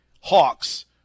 Hawks